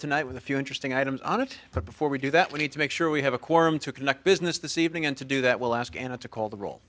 tonight with a few interesting items on it but before we do that we need to make sure we have a quorum to conduct business this evening and to do that we'll ask anna to call the r